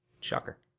Shocker